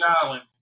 Island